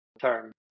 term